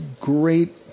great